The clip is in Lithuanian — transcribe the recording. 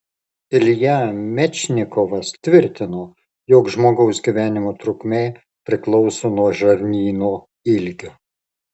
ilja mečnikovas tvirtino jog žmogaus gyvenimo trukmė priklauso nuo žarnyno ilgio